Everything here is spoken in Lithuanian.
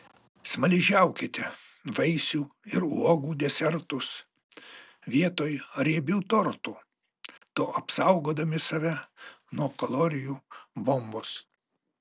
smaližiaukite vaisių ir uogų desertus vietoj riebių tortų tuo apsaugodami save nuo kalorijų bombos